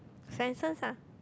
Swensens ah